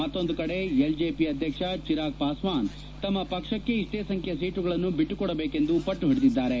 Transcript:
ಮತ್ತೊಂದು ಕಡೆ ಎಲ್ಜೆಪಿ ಅಧ್ಯಕ್ಷ ಚಿರಾಗ್ ಪಾಸ್ವಾನ್ ತಮ್ಮ ಪಕ್ಷಕ್ಕೆ ಇಷ್ಟೇ ಸಂಖ್ಯೆಯ ಸೀಟುಗಳನ್ನು ಬಿಟ್ಟುಕೊಡಬೇಕೆಂದು ಪಟ್ಟು ಹಿಡಿದಿದ್ದಾರೆ